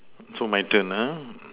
so my turn uh